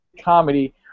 comedy